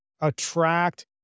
attract